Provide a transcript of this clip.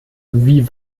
wie